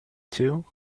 too